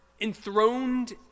enthroned